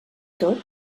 tot